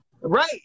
Right